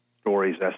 stories